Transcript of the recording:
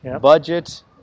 budget